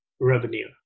revenue